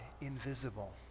invisible